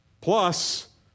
plus